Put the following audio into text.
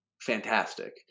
fantastic